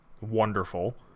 wonderful